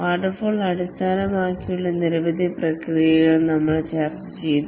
waterfall അടിസ്ഥാനമാക്കിയുള്ള നിരവധി പ്രക്രിയകൾ ഞങ്ങൾ ചർച്ച ചെയ്തു